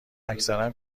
اکثرا